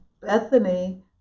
bethany